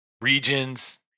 regions